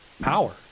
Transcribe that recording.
power